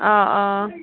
آ آ